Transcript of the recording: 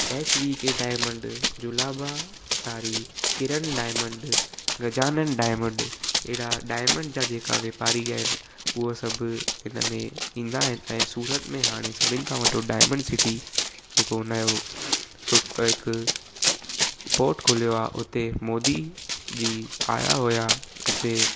H V K diamond जुलाबा सारी Kiran diamond Gajanan diamond एॾा डाइमंड जा जेका वापारी आहिनि उहा सभु हिन में ईंदा आहिनि ऐं सूरत में हाणे सभिनि खां वॾो डाइमंड सिटी जेको हूंदा आहियो सू हिकु पोर्ट खोलियो आहे हुते मोदी जी आहियां हुया हिते